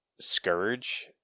Scourge